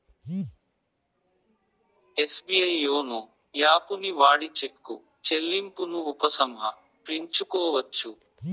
SBI YONO యాపుని వాడి చెక్కు చెల్లింపును ఉపసంహరించుకోవచ్చు